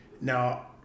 now